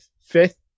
fifth